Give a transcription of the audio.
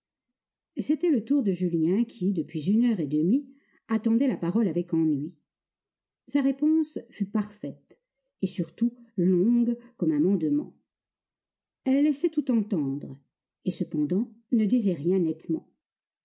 c'était le tour de julien qui depuis une heure et demie attendait la parole avec ennui sa réponse fut parfaite et surtout longue comme un mandement elle laissait tout entendre et cependant ne disait rien nettement